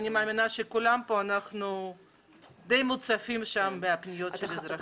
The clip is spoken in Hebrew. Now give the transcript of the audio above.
אני מאמינה שכולנו כאן די מוצפים בפניות של אזרחים.